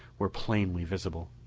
were plainly visible.